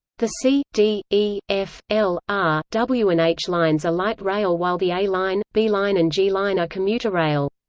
the c, d, e, f, l, r, w and h lines are light rail while the a line, b line and g line are commuter rail.